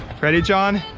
ready, john?